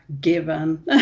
given